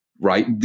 right